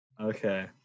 Okay